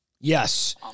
Yes